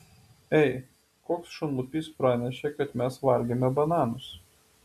ei koks šunlupys pranešė kad mes valgėme bananus